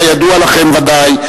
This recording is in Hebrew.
כידוע לכם ודאי,